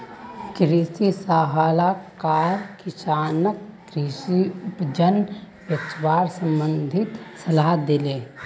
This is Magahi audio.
कृषि सलाहकार किसानक कृषि उपज बेचवार संबंधित सलाह दिले